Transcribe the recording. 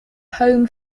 home